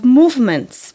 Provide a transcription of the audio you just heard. movements